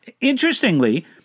Interestingly